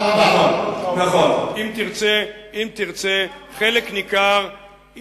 מטרידה אותך מאוד יושבת-ראש האופוזיציה.